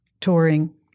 touring